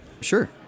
Sure